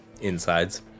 insides